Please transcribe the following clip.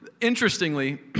Interestingly